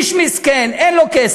איש מסכן, אין לו כסף.